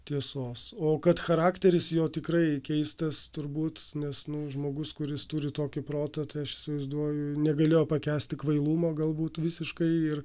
tiesos o kad charakteris jo tikrai keistas turbūt nes nu žmogus kuris turi tokį protą tai aš įsivaizduoju negalėjo pakęsti kvailumo galbūt visiškai ir